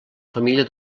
família